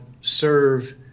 serve